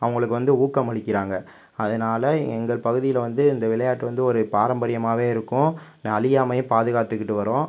அவங்களுக்கு வந்து ஊக்கம் அளிக்கிறாங்க அதனால எங்கள் பகுதியில் வந்து இந்த விளையாட்டு வந்து ஒரு பரம்பரியமாகவே இருக்கும் அழியாமையும் பாதுகாத்துக்கிட்டு வரும்